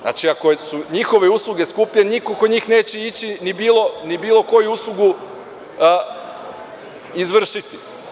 Znači, ako su njihove usluge skuplje, niko neće ići, ni bilo koju uslugu izvršiti.